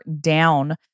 down